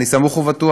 אני סמוך ובטוח